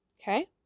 Okay